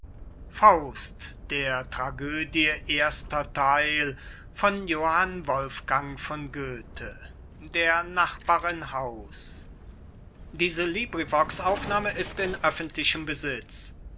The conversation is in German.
sprechen der tragödie